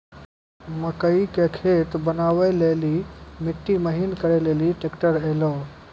मकई के खेत बनवा ले ली मिट्टी महीन करे ले ली ट्रैक्टर ऐलो?